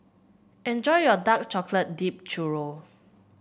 enjoy your Dark Chocolate Dipped Churro